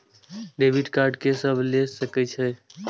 Debit card के सब ले सके छै?